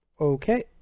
Okay